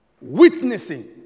witnessing